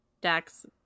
Dax